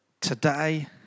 today